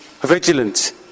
vigilant